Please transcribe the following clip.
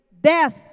Death